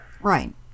Right